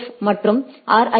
ஃப் மற்றும் ஆா்